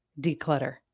declutter